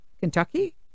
Kentucky